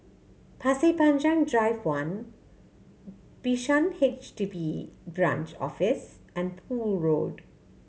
Pasir Panjang Drive One Bishan H D B Branch Office and Poole Road